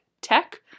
tech